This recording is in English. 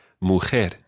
Mujer